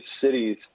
cities